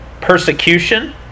persecution